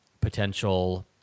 potential